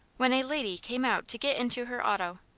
when a lady came out to get into her auto.